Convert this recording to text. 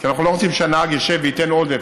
כי אנחנו לא רוצים שהנהג ישב וייתן עודף,